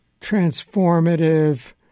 transformative